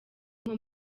nko